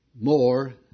more